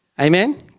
Amen